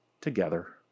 together